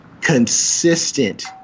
consistent